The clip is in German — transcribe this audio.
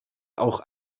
auch